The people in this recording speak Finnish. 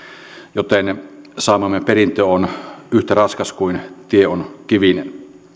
joten saamamme perintö on yhtä raskas kuin tie on kivinen